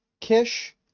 Kish